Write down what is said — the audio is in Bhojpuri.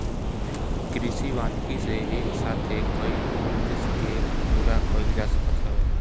कृषि वानिकी से एक साथे कईगो उद्देश्य के पूरा कईल जा सकत हवे